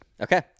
Okay